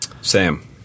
Sam